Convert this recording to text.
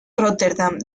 rotterdam